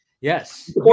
Yes